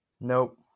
Nope